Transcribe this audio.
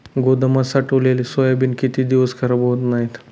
गोदामात साठवलेले सोयाबीन किती दिवस खराब होत नाही?